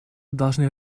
должны